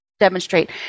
Demonstrate